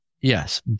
yes